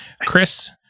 chris